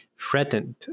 threatened